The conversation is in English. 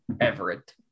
Everett